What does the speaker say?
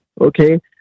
okay